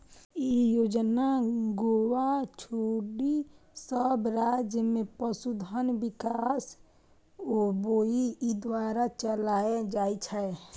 ई योजना गोवा छोड़ि सब राज्य मे पशुधन विकास बोर्ड द्वारा चलाएल जाइ छै